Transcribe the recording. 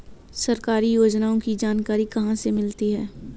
सरकारी योजनाओं की जानकारी कहाँ से मिलती है?